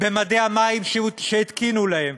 במדי המים שהתקינו להם,